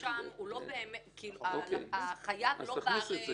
שאנחנו נותנים לו כרגע קיימת גם בכנ"ר,